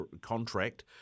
contract